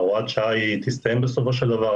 הוראת השעה תסתיים בסופו של דבר,